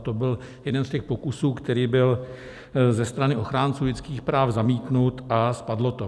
To byl jeden z těch pokusů, který byl ze strany ochránců lidských práv zamítnut, a spadlo to.